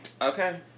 Okay